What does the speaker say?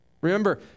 Remember